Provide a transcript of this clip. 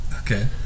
Okay